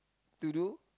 to do